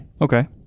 Okay